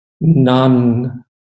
none